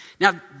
Now